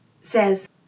says